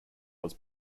was